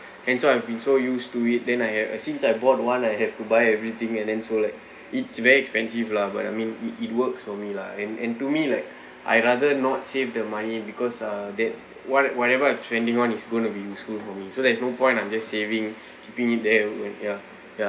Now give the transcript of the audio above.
and so I have been so used to it then I have uh since I bought one I have to buy everything and then so like it's very expensive lah but I mean it it works for me lah and and to me like I rather not save the money because uh that what whatever I'm spending on is going to be useful for me so there's no point I'm just saving to keep it there when ya ya